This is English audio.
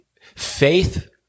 faith